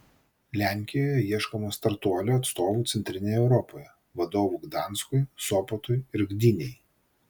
lenkijoje ieškoma startuolio atstovų centrinėje europoje vadovų gdanskui sopotui ir gdynei